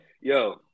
Yo